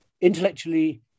intellectually